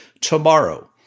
Tomorrow